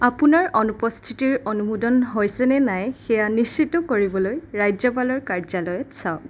আপোনাৰ অনুপস্থিতিৰ অনুমোদন হৈছে নে নাই সেয়া নিশ্চিত কৰিবলৈ ৰাজ্যপালৰ কাৰ্যালয়ত চাওক